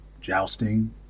Jousting